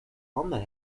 handen